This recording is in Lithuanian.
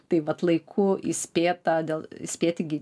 tai vat laiku įspėta dėl įspėti gi